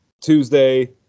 Tuesday